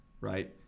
right